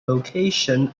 locations